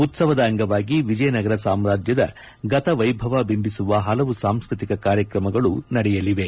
ಉತ್ಸವದ ಅಂಗವಾಗಿ ವಿಜಯನಗರ ಸಾಮ್ರಾಜ್ಯದ ಗತ ವೈಭವ ಬಿಂಬಿಸುವ ಹಲವು ಸಾಂಸ್ಕೃತಿಕ ಕಾರ್ಯಕ್ರಮಗಳು ನಡೆಯಲಿವೆ